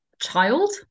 child